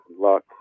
luck